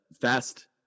fast